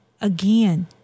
again